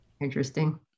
Interesting